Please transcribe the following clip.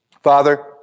Father